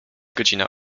godzina